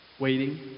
waiting